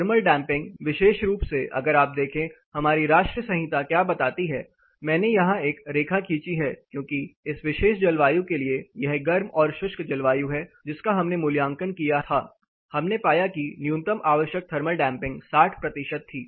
thermal damping विशेष रूप से अगर आप देखें हमारी राष्ट्रीय संहिता क्या बताती है मैंने यहां एक रेखा खींची है क्योंकि इस विशेष जलवायु के लिए यह गर्म और शुष्क जलवायु है जिसका हमने मूल्यांकन किया था हमने पाया कि न्यूनतम आवश्यक थर्मल डैंपिंग 60 प्रतिशत थी